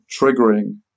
triggering